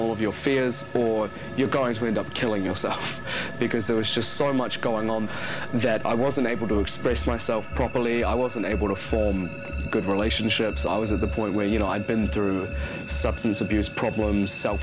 of your fears or you're going to end up killing yourself because there was just so much going on that i wasn't able to express myself properly i wasn't able to for good relationships i was at the point where you know i'd been through substance abuse problems